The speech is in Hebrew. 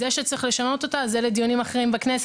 זה שצריך לשנות אותה, זה לדיונים אחרים בכנסת.